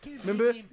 remember